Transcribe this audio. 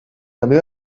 també